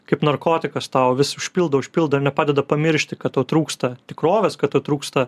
kaip narkotikas tau vis užpildo užpildo nepadeda pamiršti kad to trūksta tikrovės kad trūksta